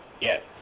Yes